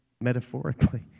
metaphorically